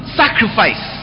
sacrifice